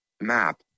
Map